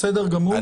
בסדר גמור.